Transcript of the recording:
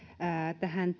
tähän